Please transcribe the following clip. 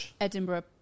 Edinburgh